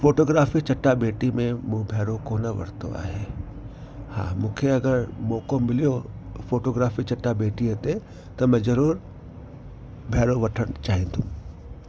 photography चटा भेटी में मूं भैरो कोन्ह वरितो आहे हा मूंखे अगरि मौक़ो मिलियो फोटोग्राफी चटा भेटीअ ते त मां जरूर भैरो वठण चाहींदुमि